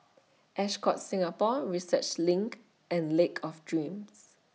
Ascott Singapore Research LINK and Lake of Dreams